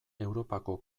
europako